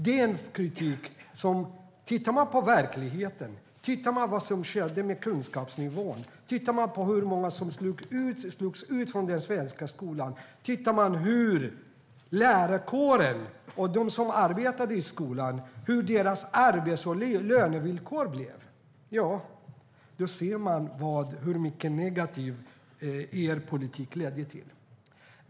Om man tittar på verkligheten, på vad som skett med kunskapsnivån, på hur många som slagits ut från den svenska skolan och på hur arbets och lönevillkoren blivit för lärarkåren och de som arbetar i skolan ser man hur mycket negativt er politik har lett till.